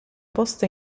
posto